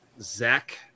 Zach